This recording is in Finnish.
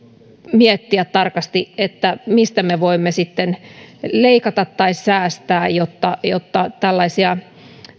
miettiä tarkasti mistä me voimme sitten leikata tai säästää jotta jotta tällaisia